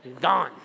gone